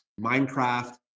Minecraft